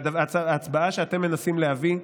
ההצבעה שאתם מנסים להביא,